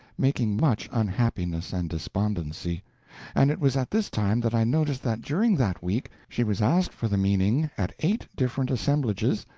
making much unhappiness and despondency and it was at this time that i noticed that during that week she was asked for the meaning at eight different assemblages,